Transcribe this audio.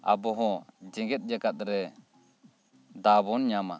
ᱟᱵᱚ ᱦᱚᱸ ᱡᱮᱜᱮᱛ ᱡᱟᱠᱟᱛ ᱨᱮ ᱫᱟᱣ ᱵᱚᱱ ᱧᱟᱢᱟ